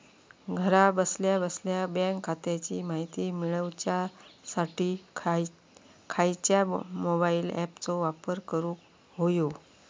घरा बसल्या बसल्या बँक खात्याची माहिती मिळाच्यासाठी खायच्या मोबाईल ॲपाचो वापर करूक होयो?